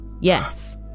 Yes